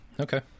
okay